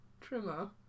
Trimmer